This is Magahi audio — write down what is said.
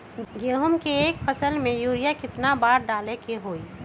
गेंहू के एक फसल में यूरिया केतना बार डाले के होई?